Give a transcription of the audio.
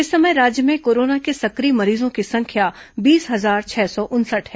इस समय राज्य में कोरोना के सक्रिय मरीजों की संख्या बीस हजार छह सौ उनसठ है